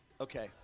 Okay